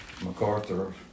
MacArthur